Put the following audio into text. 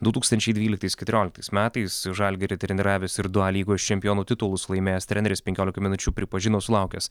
du tūkstančiai dvyliktais keturioliktais metais žalgirį treniravęs ir du a lygos čempionų titulus laimėjęs treneris penkiolikai minučių pripažino sulaukęs